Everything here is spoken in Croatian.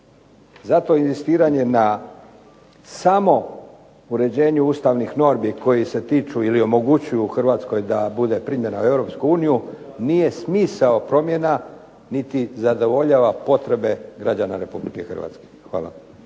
Zato inzistiranje samo na uređenju ustavnih normi koji se tiču ili omogućuju Hrvatskoj da bude primljena u Europsku uniju, nije smisao promjena niti zadovoljava potrebe građana Republike Hrvatske. Hvala.